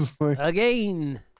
again